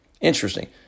Interesting